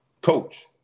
Coach